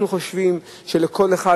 אנחנו חושבים שלכל אחד,